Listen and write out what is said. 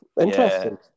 interesting